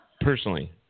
Personally